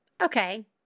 Okay